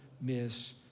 miss